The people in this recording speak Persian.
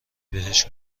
بهش